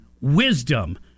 wisdom